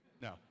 No